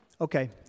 Okay